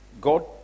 God